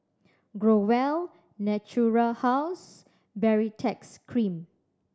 Growell Natura House Baritex Cream